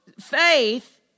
faith